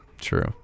True